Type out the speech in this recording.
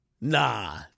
Nah